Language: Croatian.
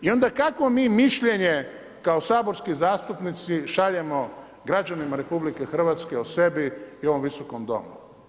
I onda kakvo mi mišljenje kao saborski zastupnici šaljemo građanima RH o sebi i ovom Visokom domu?